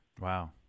Wow